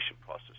process